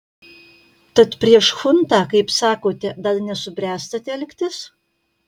tad prieš chuntą kaip sakote dar nesubręsta telktis